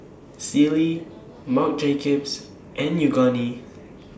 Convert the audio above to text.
Sealy Marc Jacobs and Yoogane